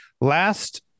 Last